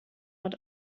not